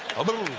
a little